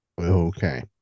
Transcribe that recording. Okay